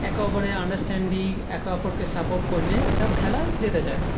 একে অপরের আন্ডারস্ট্যান্ডিং একে অপরকে সাপোর্ট করলে একটা খেলা জেতা যায়